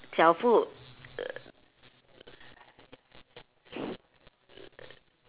jiao bu